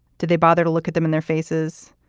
did they bother to look at them in their faces?